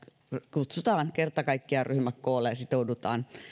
kutsutaan kerta kaikkiaan ryhmät koolle ja sitoudutaan